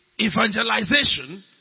evangelization